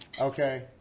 Okay